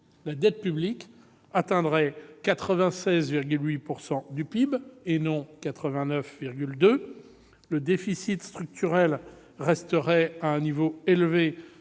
La dette publique atteindrait 96,8 % du PIB, et non 89,2 %. Le déficit structurel resterait à un niveau élevé